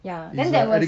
ya then there was